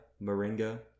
moringa